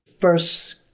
First